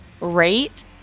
rate